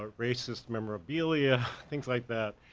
ah racist memorabilia, things like that,